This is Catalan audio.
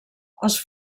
els